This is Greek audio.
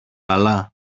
καλά